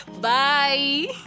Bye